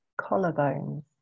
collarbones